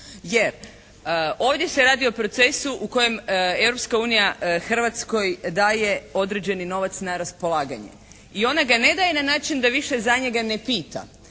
Jer ovdje se radi o procesu u kojem Europska unija Hrvatskoj daje određeni novac na raspolaganje i onda ga ne daje na način da više za njega ne pita